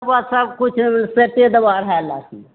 तोरा सभकिछु ओहिमे सेटे दबौ अढ़ाइ लाखमे